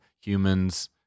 humans